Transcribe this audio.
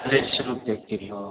बीस रुपए किलो